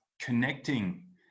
connecting